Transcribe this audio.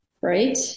Right